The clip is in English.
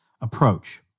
approach